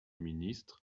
ministre